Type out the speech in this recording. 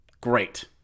Great